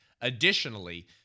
Additionally